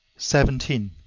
seventeen.